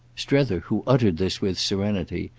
strether, who uttered this with serenity,